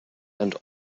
and